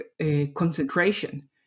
concentration